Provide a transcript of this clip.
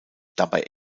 dabei